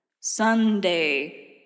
Sunday